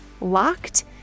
locked